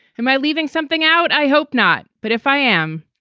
am i leaving something out? i hope not. but if i am,